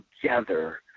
together